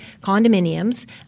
condominiums